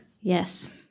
Yes